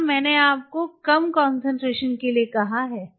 यहां मैंने आपको कम कंसंट्रेशन के लिए कहा है